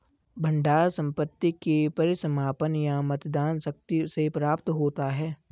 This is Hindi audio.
भंडार संपत्ति के परिसमापन या मतदान शक्ति से प्राप्त होता है